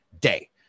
day